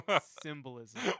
Symbolism